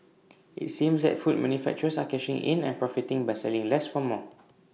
IT seems that food manufacturers are cashing in and profiting by selling less for more